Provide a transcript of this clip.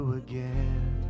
again